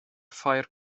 ffair